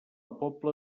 pobla